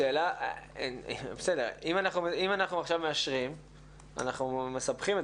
אם אנחנו עכשיו מאשרים אנחנו מסבכים את